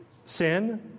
sin